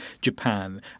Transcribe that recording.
Japan